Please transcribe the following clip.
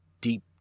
deep